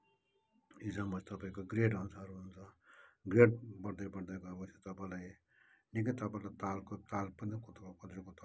इक्जाममा तपाईँको ग्रेड अनुसार हुन्छ ग्रेड बढ्दै बढ्दै गएपछि तपाईँलाई निकै तपाईँलाई तालको ताल पनि कति कतिवटा कुरा तपाईँलाई